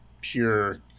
pure